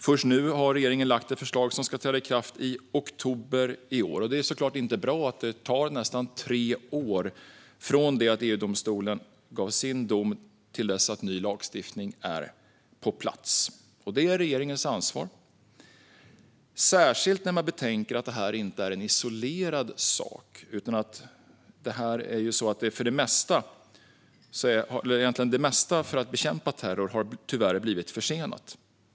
Först nu har regeringen lagt fram ett förslag som ska träda i kraft i oktober i år. Det är såklart inte bra att det tar nästan tre år från EU-domstolens dom till dess att ny lagstiftning är på plats. Detta är regeringens ansvar, särskilt när man betänker att det här inte är en isolerad sak; det mesta som syftar till att bekämpa terror har tyvärr blivit försenat.